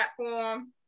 platform